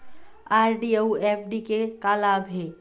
RD अऊ FD के का लाभ हे?